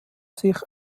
sich